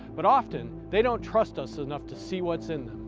but often they don't trust us enough to see what's in